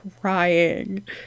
crying